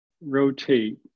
rotate